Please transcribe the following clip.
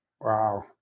Wow